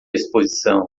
exposição